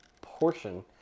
portion